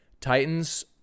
titans